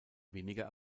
weniger